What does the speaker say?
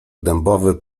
dębowy